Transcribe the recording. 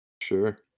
Sure